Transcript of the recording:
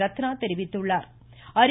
ரத்னா தெரிவித்துள்ளா்